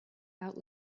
out